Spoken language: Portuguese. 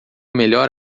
melhor